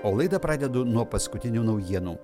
o laidą pradedu nuo paskutinių naujienų